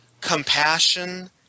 compassion